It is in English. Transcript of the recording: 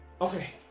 okay